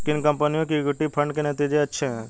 किन कंपनियों के इक्विटी फंड के नतीजे अच्छे हैं?